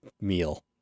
meal